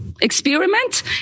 experiment